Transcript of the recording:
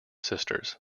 sisters